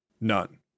none